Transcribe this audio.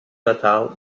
natal